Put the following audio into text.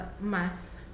math